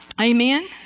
Amen